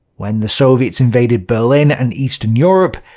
when the soviets invaded berlin and eastern europe,